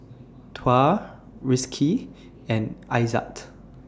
Tuah Rizqi and Aizat